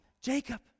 Jacob